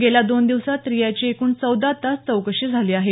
गेल्या दोन दिवसांत रियाची एकूण चौदा तास चौकशी झाली आहे